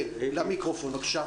בבקשה.